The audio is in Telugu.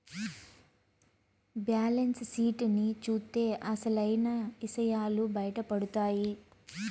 బ్యాలెన్స్ షీట్ ని చూత్తే అసలైన ఇసయాలు బయటపడతాయి